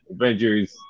Avengers